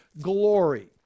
glory